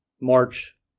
march